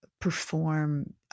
perform